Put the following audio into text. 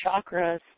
chakras